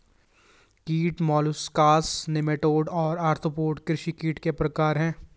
कीट molluscs nematode और arthropoda कृषि कीट के प्रकार हैं